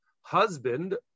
husband